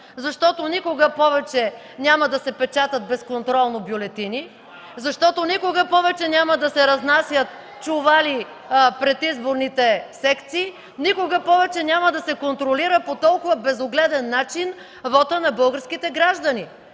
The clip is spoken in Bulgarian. защото никога повече няма се печатат безконтролно бюлетини, защото никога повече няма да се разнасят чували пред изборните секции, никога повече няма да се контролира по толкова безогледен начин вотът на българските граждани.